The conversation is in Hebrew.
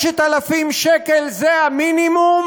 5,000 זה המינימום,